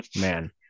man